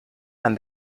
and